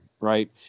right